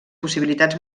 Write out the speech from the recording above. possibilitats